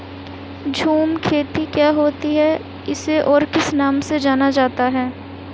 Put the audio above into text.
झूम खेती क्या होती है इसे और किस नाम से जाना जाता है?